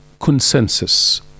consensus